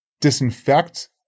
disinfect